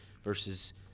versus